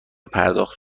پرداخت